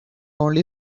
only